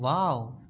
wow